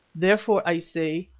therefore, i say,